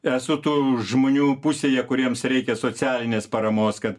esu tų žmonių pusėje kuriems reikia socialinės paramos kad